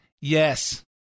Yes